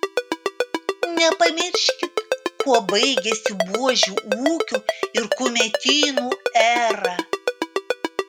nepamirškit kuo baigėsi buožių ūkių ir kumetynų era